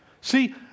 See